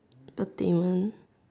the thing